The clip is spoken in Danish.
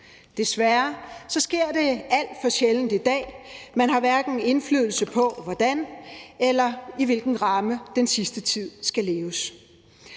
Desværre sker det alt for sjældent i dag. Man har ikke indflydelse på, hvordan eller i hvilken ramme den sidste tid skal leves.